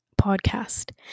podcast